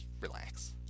relax